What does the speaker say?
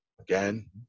Again